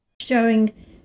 Showing